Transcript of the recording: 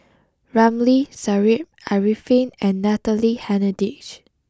Ramli Sarip Arifin and Natalie Hennedige